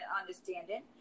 understanding